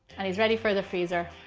and he's ready for the freezer.